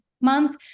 month